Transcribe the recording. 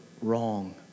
wrong